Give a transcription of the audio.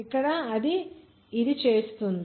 ఇక్కడ ఇది చేస్తుంది